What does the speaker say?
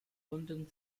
london